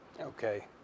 Okay